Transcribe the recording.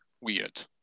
weird